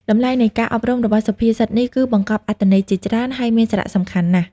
តម្លៃនៃការអប់រំរបស់សុភាសិតនេះគឺ បង្កប់អត្ថន័យជាច្រើន ហើយមានសារៈសំខាន់ណាស់។